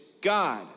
God